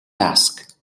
dusk